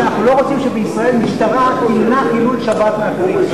הכוונה שאנחנו לא רוצים שבישראל משטרה תמנע חילול שבת מאחרים.